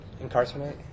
Incarcerate